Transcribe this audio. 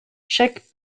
chaque